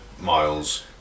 miles